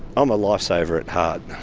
um a lifesaver at heart.